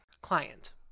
Client